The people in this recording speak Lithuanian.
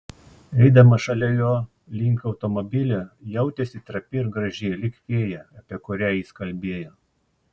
eidama šalia jo link automobilio jautėsi trapi ir graži lyg fėja apie kurią jis kalbėjo